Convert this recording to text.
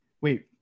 Wait